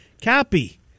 Cappy